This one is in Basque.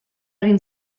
egin